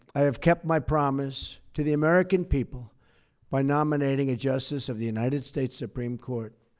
i have kept my promise to the american people by nominating a justice of the united states supreme court,